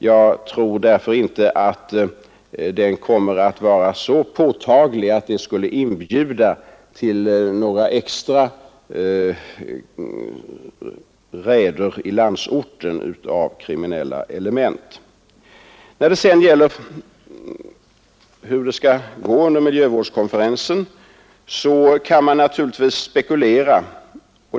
Jag tror därför inte att den kommer att vara så påtaglig att den skall inbjuda till några extra raider i landsorten av kriminella element. När det sedan gäller hur det skall gå under miljövårdskonferensen kan man naturligtvis spekulera.